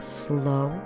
slow